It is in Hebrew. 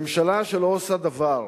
ממשלה שלא עושה דבר,